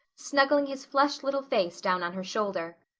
snuggling his flushed little face down on her shoulder.